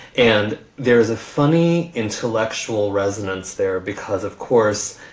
and there is a funny intellectual resonance there because, of course,